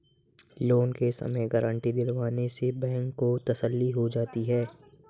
loan के समय guarantee दिलवाने से बैंक को तसल्ली हो जाती है